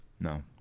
No